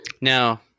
Now